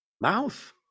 Mouth